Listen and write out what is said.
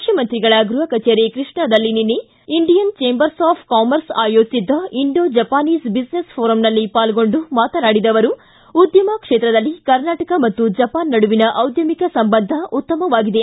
ಮುಖ್ಯಮಂತ್ರಿಗಳ ಗೃಹ ಕಚೇರಿ ಕೃಷ್ಣಾದಲ್ಲಿ ಇಂಡಿಯನ್ ಚೇಂಬರ್ಸ್ ಆಫ್ ಕಾಮರ್ಸ್ ನಿನ್ನೆ ಆಯೋಜಿಸಿದ್ದ ಇಂಡೋ ಜಪಾನಿಸ್ ಬಿಸಿನೆಸ್ ಪೋರಂನಲ್ಲಿ ಪಾಲ್ಗೊಂಡು ಮಾತನಾಡಿದ ಅವರು ಉದ್ಯಮ ಕ್ಷೇತ್ರದಲ್ಲಿ ಕರ್ನಾಟಕ ಮತ್ತು ಜಪಾನ್ ನಡುವಿನ ಡಿದ್ದಮಿಕ ಸಂಬಂಧ ಉತ್ತಮವಾಗಿದೆ